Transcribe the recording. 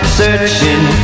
searching